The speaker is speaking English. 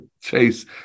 Chase